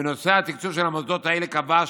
רק בגלל שהוא ילד חרדי לא מגיע לו לקבל